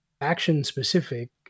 action-specific